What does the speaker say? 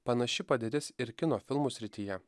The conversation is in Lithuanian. panaši padėtis ir kino filmų srityje